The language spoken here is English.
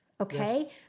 okay